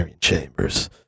Chambers